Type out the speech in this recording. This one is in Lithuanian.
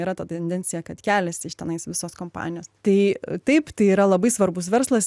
yra ta tendencija kad keliasi iš tenais visos kompanijos tai taip tai yra labai svarbus verslas